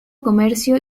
comercio